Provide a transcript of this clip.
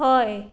हय